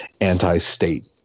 anti-state